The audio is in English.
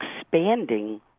expanding